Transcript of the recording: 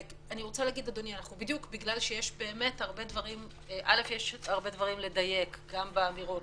יש הרבה דברים לדייק, גם באמירות.